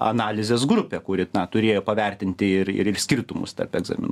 analizės grupė kuri na turėjo pavertinti ir ir ir skirtumus tarp egzaminų